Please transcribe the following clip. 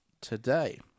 today